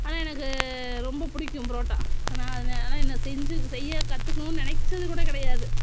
ஆனால் எனக்கு ரொம்ப பிடிக்கும் புரோட்டா நான் ஆனால் என்ன செஞ்சு செய்ய கற்றுக்குணுன்னு நினச்சது கூட கிடையாது